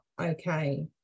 okay